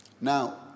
Now